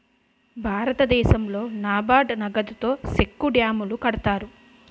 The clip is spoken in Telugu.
భారతదేశంలో నాబార్డు నగదుతో సెక్కు డ్యాములు కడతారు